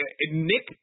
Nick